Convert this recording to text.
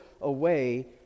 away